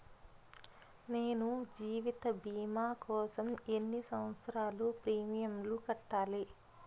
నేను జీవిత భీమా కోసం ఎన్ని సంవత్సారాలు ప్రీమియంలు కట్టాలి?